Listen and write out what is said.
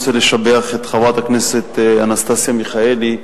רוצה לשבח את חברת הכנסת אנסטסיה מיכאלי,